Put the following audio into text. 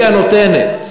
היא הנותנת.